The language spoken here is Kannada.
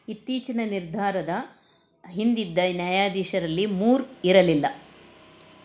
ಇತ್ತೀಚಿನ ನಿರ್ಧಾರದ ಹಿಂದಿದ್ದ ನ್ಯಾಯಾಧೀಶರಲ್ಲಿ ಮೂರ್ ಇರಲಿಲ್ಲ